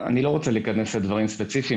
אני לא רוצה להיכנס לדברים ספציפיים.